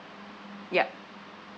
ya